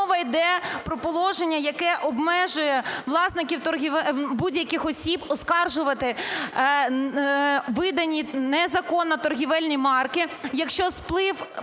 мова йде про положення, яке обмежує власників будь-яких осіб оскаржувати видані незаконно торгівельні марки, якщо сплив